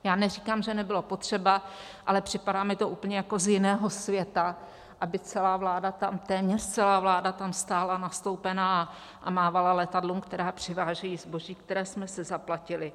Já neříkám, že nebylo potřeba, ale připadá mi to úplně jako z jiného světa, aby celá vláda tam, téměř celá vláda tam stála nastoupená a mávala letadlům, která přivážejí zboží, které jsme si zaplatili.